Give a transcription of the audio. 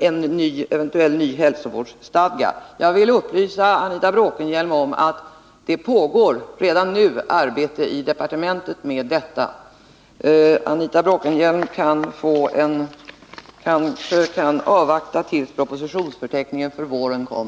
en eventuell ny hälsovårdsstadga. Jag vill upplysa Anita Bråkenhielm om att det redan nu pågår arbete med detta i departementet. Anita Bråkenhielm kanske kan avvakta tills propositionsförteckningen för våren kommer.